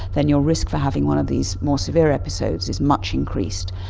then your risk for having one of these more severe episodes is much increased.